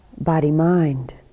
body-mind